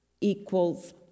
equals